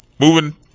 Moving